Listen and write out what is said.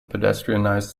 pedestrianised